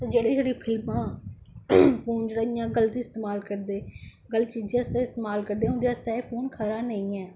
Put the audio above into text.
जेहेड छड़ी फिल्मा फोन जेहडा इयां गल्त इस्तेमाल करदे गल्त चीजें आस्तै इस्तेमल करदे उंदे आस्तेै एह् फोन खरा नेई ऐ